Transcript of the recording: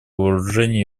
вооружений